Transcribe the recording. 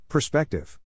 Perspective